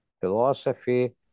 philosophy